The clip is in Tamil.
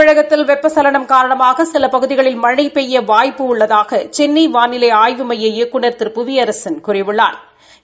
தமிழகத்தில் வெப்ப சலனம் காரணமாக சில பகுதிகளில் மழை பெய்ய வாய்ப்பு உள்ளதாக சென்னை வானிலை ஆய்வு மையத்தின் இயக்குநா் திரு புவியரசன் கூறியுள்ளாா்